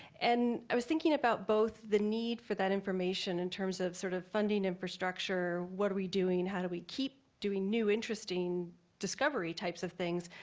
and i was thinking about both the need for that information in terms of sort of funding infrastructure, what are we doing? how do we keep doing new, interesting discovery types of things?